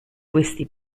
questi